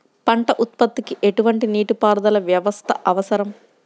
పంట ఉత్పత్తికి ఎటువంటి నీటిపారుదల వ్యవస్థ అవసరం?